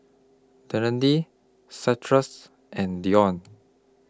and Deon